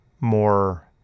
more